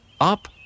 up